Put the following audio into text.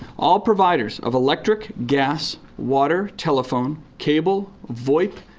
all providers of electric, gas, water, telephone, cable, voip,